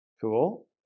cool